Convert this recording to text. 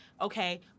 okay